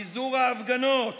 פיזור ההפגנות,